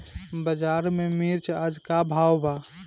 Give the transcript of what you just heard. बाजार में मिर्च आज का बा?